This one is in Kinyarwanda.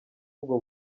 ubwo